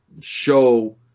show